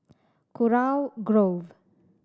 Kurau Grove